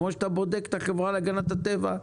כפי שאתה בודק את החברה להגנת הטבע,